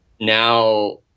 now